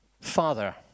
Father